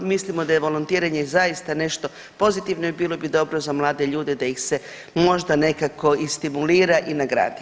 Mislimo da je volontiranje zaista nešto pozitivno i bilo bi dobro za mlade ljude da ih se možda nekako i stimulira i nagradi.